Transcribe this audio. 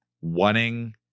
wanting